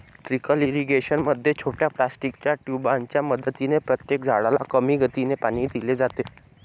trickle irrigation मध्ये छोट्या प्लास्टिकच्या ट्यूबांच्या मदतीने प्रत्येक झाडाला कमी गतीने पाणी दिले जाते